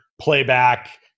playback